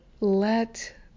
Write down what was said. let